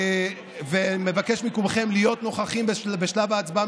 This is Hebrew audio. ומבקש מכולכם להיות נוכחים בשלב ההצבעה,